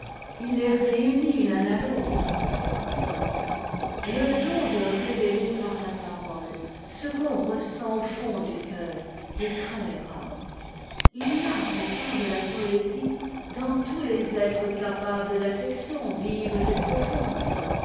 il les réunit l'un à l'autre le don de révéler par la parole ce qu'on ressent au fond du cœur est très rare il y a pourtant de la poésie dans tous les êtres capables d'affections vives et profondes